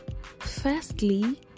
firstly